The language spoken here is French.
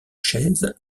chaise